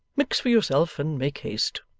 mix for yourself. and make haste